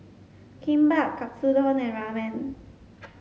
Kimbap Katsudon and Ramen